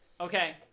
Okay